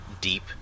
deep